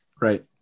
Right